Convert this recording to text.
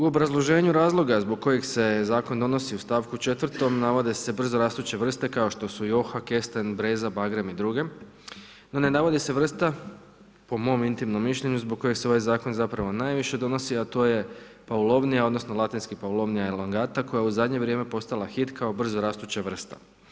U obrazloženju razloga zbog koji se zakon donosi u stavku 4. navode se brzorastuće vrste kao što su joha, kesten, breza, bagrem i druge, no ne navodi se vrsta po mom intimnom mišljenju zbog kojeg se ovaj zakon najviše donosi a to je paulovnija, odnosno latinski paulovnija elongata koja je u zadnje vrijeme postaja hit kao brzo rastuća vrsta.